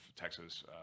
Texas